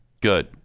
Good